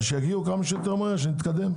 אז שיגיעו כמה שיותר מהר שנתקדם.